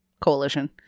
coalition